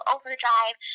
Overdrive